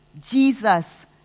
Jesus